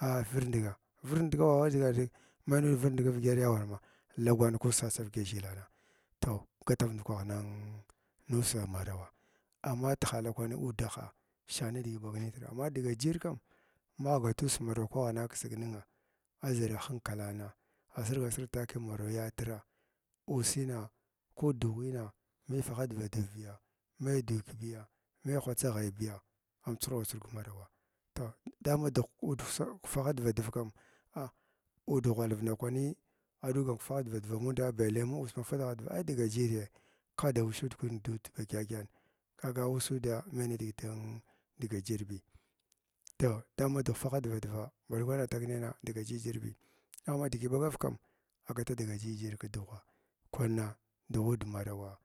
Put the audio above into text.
a vurnduga a vurgudaw awadʒgar dʒiga a mai nud vurnadg-avədgar ya awaramm kgwan kuss sas da naradyə ʒhilana toh katav ndukwah nun nussa marawa ama tihala kwanin nun nussa marawa ama tihala kwanin udahy shani digi ɓag nitra amma dga jir kam magh gatussa marawa kwana kisg ningh adʒarna khankakna asirga sirga takiya marawa yaatra uussina ko dughwuins mai vahs dvadv biya mai dukyəbiya nai hwatsa ghnibiya am chuhurga churg k marawa toh dama dugh ud uɗ faha dva dva kam a uud ghwalv ndakwani aɗug kaghadva dva uuda balle ma ussa magaha dvadv ai dga jijiri kaa da ushug kin duud ba ghəghən ka ga ushuda mainidigi tun dga jiriya toh dama dugh faha dva dva band kwana tag nayna dga jijir bi amma ma digi ɓagar kam agata digi jijir kdaughwa, kwana dughud harawa.